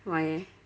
why eh